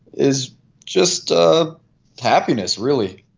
is just ah happiness really.